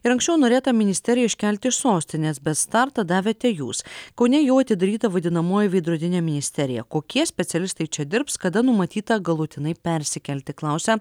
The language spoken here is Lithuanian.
ir anksčiau norėta ministeriją iškelti iš sostinės bet startą davėte jūs kaune jau atidaryta vadinamoji veidrodinė ministerija kokie specialistai čia dirbs kada numatyta galutinai persikelti klausia